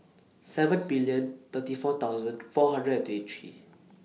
seven million thirty four thousand four hundred and twenty three